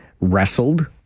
wrestled